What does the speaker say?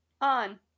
On